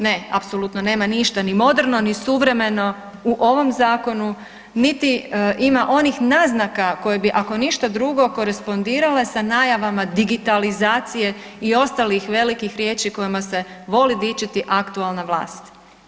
Ne, apsolutno nema ništa ni moderno, ni suvremeno u ovom zakonu, niti ima onih naznaka koje bi ako ništa drugo korespondirale sa najavama digitalizacije i ostalih velikih riječi kojima se voli dičiti aktualna vlast.